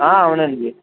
అవునండి